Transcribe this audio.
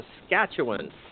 Saskatchewan